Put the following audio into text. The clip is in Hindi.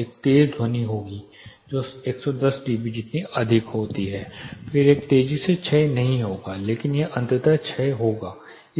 एक तेज ध्वनि होगी जो 110 डीबी जितनी अधिक होती है फिर यह तेजी से क्षय नहीं होगा लेकिन यह अंततः क्षय होगा